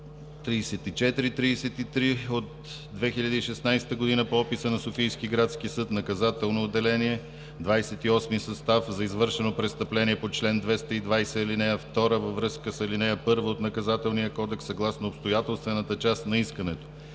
3433 от 2016 г. по описа на Софийски градски съд, Наказателно отделение, 28-и състав за извършено престъпление по чл. 220, ал. 2 във връзка с ал. 1 от Наказателния кодекс съгласно обстоятелствената част на искането.